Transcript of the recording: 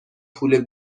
پول